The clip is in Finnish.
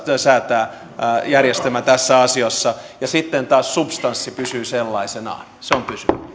säätää järjestelmää tässä asiassa ja sitten taas substanssi pysyy sellaisenaan se on